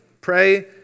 Pray